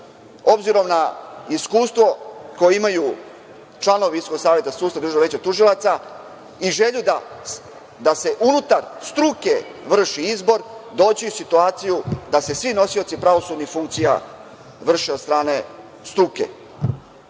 obzirom na iskustvo koje imaju članovi VSS i Državnog veća tužilaca i želje da se unutar struke vrši izbor, doći u situaciju da se svi nosioci pravosudnih funkcija vrše od strane